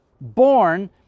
born